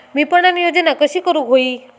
विपणन योजना कशी करुक होई?